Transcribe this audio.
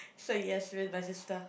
so yes with my sister